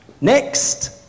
Next